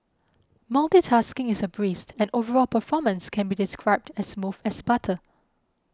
multitasking is a breezed and overall performance can be described as smooth as butter